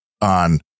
on